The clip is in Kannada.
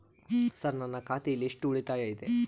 ಸರ್ ನನ್ನ ಖಾತೆಯಲ್ಲಿ ಎಷ್ಟು ಉಳಿತಾಯ ಇದೆ?